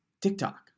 TikTok